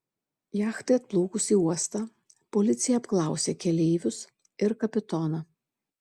jachtai atplaukus į uostą policija apklausė keleivius ir kapitoną